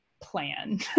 plan